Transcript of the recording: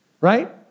Right